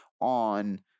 on